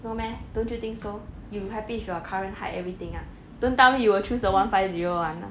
no meh don't you think so you happy with your current height everything ah don't tell me you will choose the one five zero [one] ah